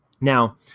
Now